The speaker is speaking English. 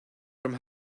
from